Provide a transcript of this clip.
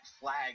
flag